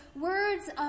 words